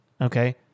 okay